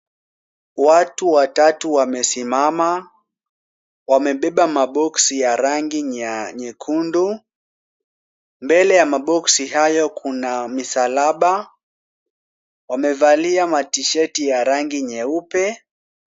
Watu watatu wamesima wamebeba maboksi ya rangi nyekundu, mbele ya maboksi hayo kuna misalaba. Wamevalia mashati yenye rangi nyeupe.